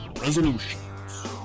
Resolutions